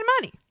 money